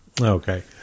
Okay